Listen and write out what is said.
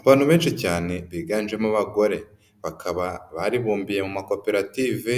Abantu benshi cyane biganjemo abagore bakaba baribumbiye mu makoperative